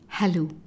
Hello